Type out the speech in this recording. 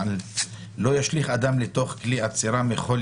לא ישליך אדם לתוך כלי אצירה מכל